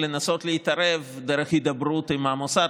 לנסות להתערב דרך הידברות עם המוסד.